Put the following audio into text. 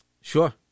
Sure